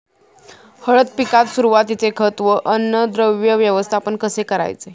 हळद पिकात सुरुवातीचे खत व अन्नद्रव्य व्यवस्थापन कसे करायचे?